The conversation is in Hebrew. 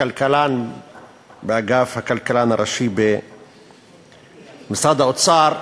הכלכלן באגף הכלכלן הראשי במשרד האוצר,